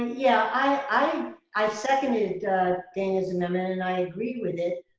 ah yeah, i i seconded dana's amendment and i agree with it.